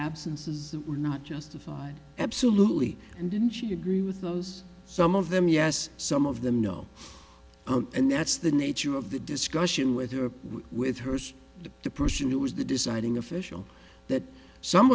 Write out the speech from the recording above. absences were not justified absolutely and in she agree with those some of them yes some of them no and that's the nature of the discussion with her with her the person who was the deciding official that some